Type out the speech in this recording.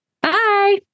Bye